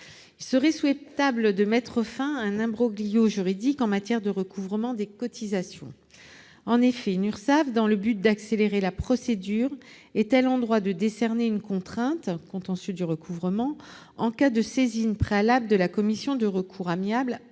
Il serait souhaitable de mettre fin à un imbroglio juridique en matière de recouvrement des cotisations. En effet, une URSSAF, afin d'accélérer la procédure, est-elle en droit de décerner une contrainte, dans le cadre du contentieux du recouvrement, en cas de saisine préalable de la commission de recours amiable